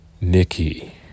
Nikki